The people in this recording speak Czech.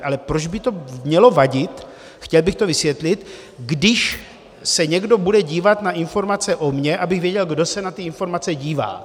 Ale proč by mělo vadit, chtěl bych to vysvětlit, když se někdo bude dívat na informace o mně, abych věděl, kdo se na ty informace dívá?.